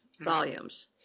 volumes